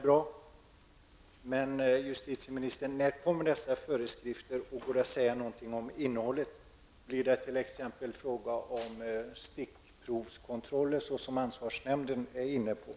Men när, justitieministern, kommer föreskrifterna, och går det att säga något om innehållet? Blir det t.ex. fråga om stickprovskontroller såsom ansvarsnämnden föreslår?